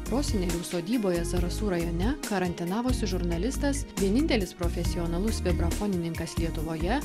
prosenelių sodyboje zarasų rajone karantinavosi žurnalistas vienintelis profesionalus vibrafonininkas lietuvoje